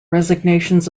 resignations